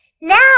Now